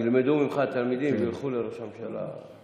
ילמדו ממך תלמידים וילכו לראש הממשלה,